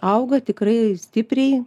auga tikrai stipriai